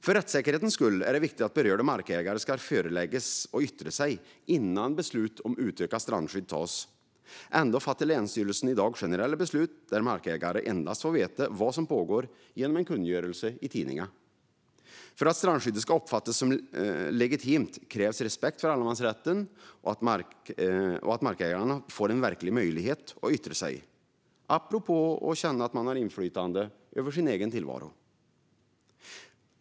För rättssäkerhetens skull är det viktigt att berörda markägare ska föreläggas att yttra sig innan beslut om utökat strandskydd tas. Ändå fattar länsstyrelserna i dag generella beslut där markägare endast får veta vad som pågår genom en kungörelse i tidningen. För att strandskyddet ska uppfattas som legitimt krävs respekt för allemansrätten och att markägarna får en verklig möjlighet att yttra sig, apropå att känna att man har inflytande över sin egen tillvaro.